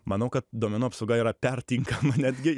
manau kad duomenų apsauga yra pertinka netgi